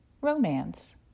romance